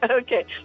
Okay